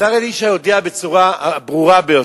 השר אלי ישי הודיע בצורה הברורה ביותר,